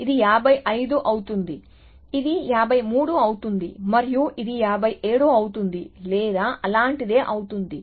ఇది 55 అవుతుంది ఇది 53 అవుతుంది మరియు ఇది 57 అవుతుంది లేదా అలాంటిదే అవుతుంది